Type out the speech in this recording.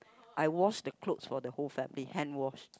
I wash the clothes for the whole family hand washed